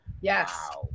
Yes